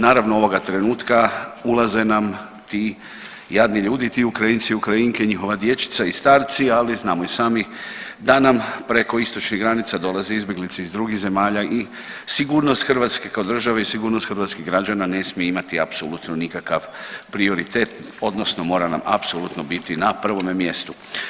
Naravno ovoga trenutka ulaze nam ti jadni ljudi, ti Ukrajinci i Ukrajinke, njihova dječica i starci, ali znamo i sami da nam preko istočnih granica dolaze izbjeglice iz drugih zemalja i sigurnost Hrvatske kao države i sigurnost hrvatskih građana ne smije imati apsolutno nikakav prioritet odnosno mora nam apsolutno biti na prvome mjestu.